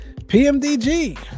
PMDG